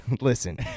Listen